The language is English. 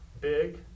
big